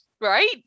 right